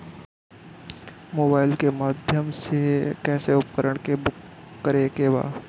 Mobile के माध्यम से कैसे उपकरण के बुक करेके बा?